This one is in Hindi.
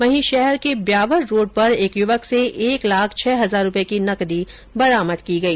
वहीं शहर के ब्यावर रोड पर एक युवक से एक लाख लाख छह हजार रुपए की नगदी बरामद की गई